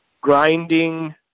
grinding